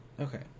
Okay